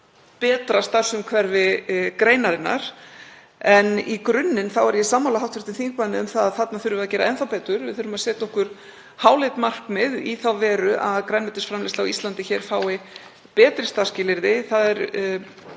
betra starfsumhverfi greinarinnar. En í grunninn er ég sammála hv. þingmanni um að þarna þurfum við að gera enn betur. Við þurfum að setja okkur háleit markmið í þá veru að grænmetisframleiðsla á Íslandi fái betri starfsskilyrði. Þau eru